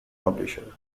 publisher